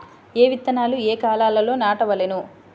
ఏ విత్తనాలు ఏ కాలాలలో నాటవలెను?